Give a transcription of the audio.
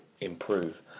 improve